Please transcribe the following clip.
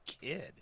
kid